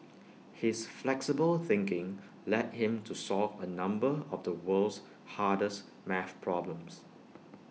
his flexible thinking led him to solve A number of the world's hardest math problems